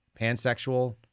Pansexual